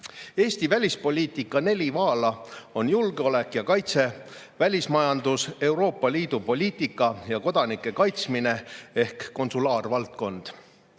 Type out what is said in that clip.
Eesti välispoliitika neli vaala on julgeolek ja kaitse, välismajandus, Euroopa Liidu poliitika ning kodanike kaitsmine ehk konsulaarvaldkond.